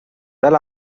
fel